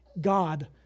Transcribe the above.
God